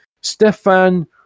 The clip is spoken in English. Stefan